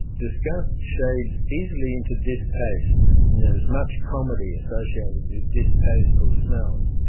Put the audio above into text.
disgust shades easily into distaste and there is much comedy associated with distasteful smells.